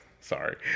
sorry